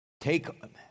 Take